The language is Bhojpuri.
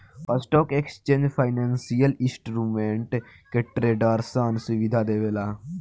स्टॉक एक्सचेंज फाइनेंसियल इंस्ट्रूमेंट के ट्रेडरसन सुविधा देवेला